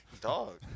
Dog